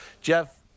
Jeff